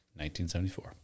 1974